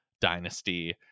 dynasty